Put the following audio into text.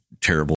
terrible